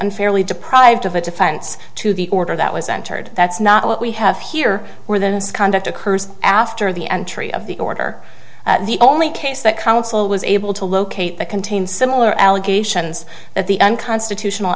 unfairly deprived of a defense to the order that was entered that's not what we have here where the misconduct occurs after the entry of the order the only case that counsel was able to locate that contains similar allegations that the unconstitutional